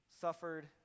suffered